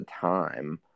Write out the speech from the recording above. time